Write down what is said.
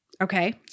Okay